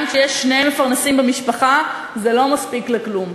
גם כשיש שני מפרנסים במשפחה, זה לא מספיק לכלום.